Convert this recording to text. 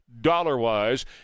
dollar-wise